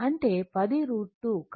అంటే 10 √ 2